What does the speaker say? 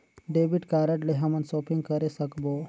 Debit card ले हमन shopping करे सकबो?